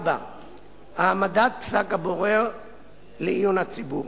4. העמדת פסק הבורר לעיון הציבור,